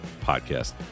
Podcast